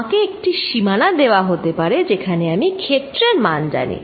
আমাকে একটি সীমানা দেওয়া হতে পারে যেখানে আমি ক্ষেত্রের মান জানি